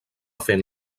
fent